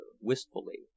wistfully